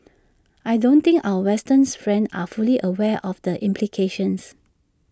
I don't think our Western's friends are fully aware of the implications